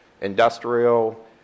industrial